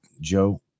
Joe